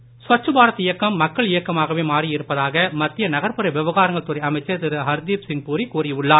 தாய்மை ஸ்வச் பாரத் இயக்கம் மக்கள் இயக்கமாகவே மாறி இருப்பதாக மத்திய நகர்புற விவகாரங்கள் துறை அமைச்சர் திரு ஹர்தீப் சிங் பூரி கூறி உள்ளார்